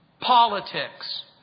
politics